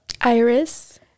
iris